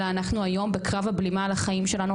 אלא אנחנו היום בקרב הבלימה על החיים שלנו,